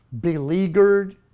beleaguered